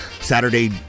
Saturday